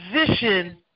position